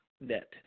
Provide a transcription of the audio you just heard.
net